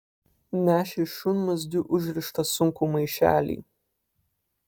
nešė šunmazgiu užrištą sunkų maišelį